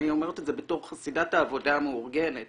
אני אומרת את זה בתור חסידת העבודה המאורגנת